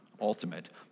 ultimate